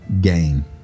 gain